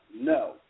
no